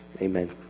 Amen